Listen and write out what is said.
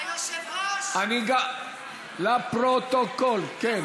היושב-ראש, לפרוטוקול, כן.